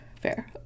Fair